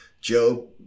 Joe